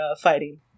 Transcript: fighting